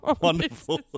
wonderful